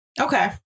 Okay